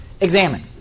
Examine